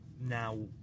now